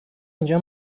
اینجا